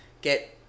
get